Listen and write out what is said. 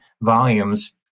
volumes